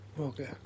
Okay